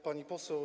Pani Poseł!